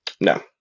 No